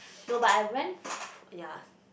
no but I went ya